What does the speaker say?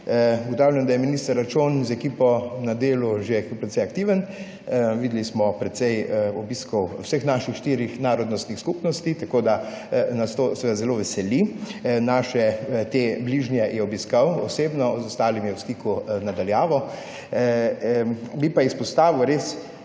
Ugotavljam, da je minister Arčon z ekipo na delu kar precej aktiven. Videli smo precej obiskov vseh naših štirih narodnostnih skupnosti, tako da nas to seveda zelo veseli. Bližnje je obiskal osebno, z ostalimi je v stiku na daljavo. Bi pa izpostavil